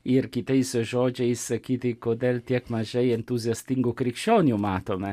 ir kitais žodžiais sakyti kodėl tiek mažai entuziastingų krikščionių matome